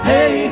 Hey